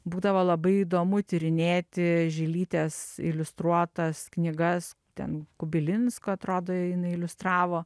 būdavo labai įdomu tyrinėti žilytės iliustruotas knygas ten kubilinsko atrodo jinai iliustravo